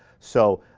so,